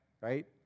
right